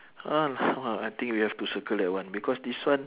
(uh huh) I think we have to circle that one because this one